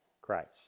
Christ